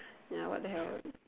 ya what the hell